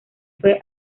fue